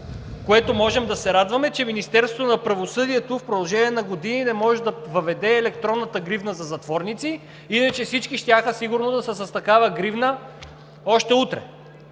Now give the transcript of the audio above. което можем да се радваме, е, че Министерството на правосъдието в продължение на години не може да въведе електронната гривна за затворници, иначе сигурно всички щяха да са с такава гривна още утре.